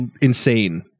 insane